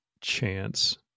chance